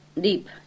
deep